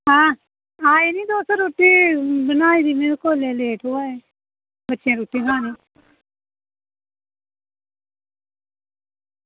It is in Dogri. आं आये दे निं तुस रुट्टी बनाई दी में कोलै दे लेट होआ दे बच्चें रुट्टी खानी